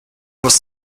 was